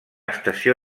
estació